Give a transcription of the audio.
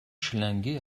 schlinguer